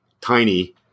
tiny